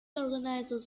organises